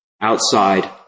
outside